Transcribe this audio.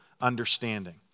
understanding